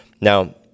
Now